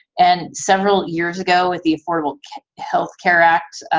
and several years ago with the affordable health care act